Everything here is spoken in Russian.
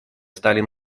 стали